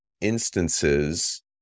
instances